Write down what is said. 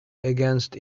against